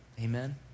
Amen